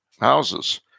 houses